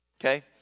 okay